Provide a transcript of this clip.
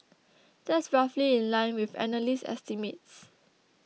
that's roughly in line with analyst estimates